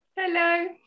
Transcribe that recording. Hello